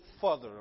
further